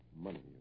Money